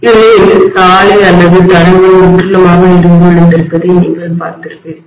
இல்லையெனில் சாலை அல்லது தடங்கள் முற்றிலுமாக இடிந்து விழுந்திருப்பதை நீங்கள் பார்த்திருப்பீர்கள்